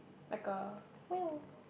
like a whale